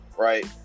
Right